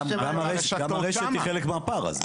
גם הרשת היא חלק מהפער הזה.